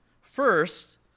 First